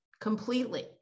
completely